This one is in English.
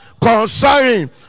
concerning